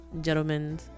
gentlemen